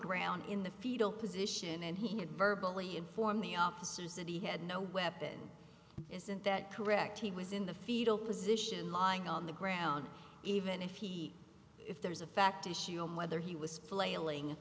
ground in the fetal position and he had verbal inform the opposite he had no weapon isn't that correct he was in the fetal position lying on the ground even if he if there is a fact issue on whether he was flailing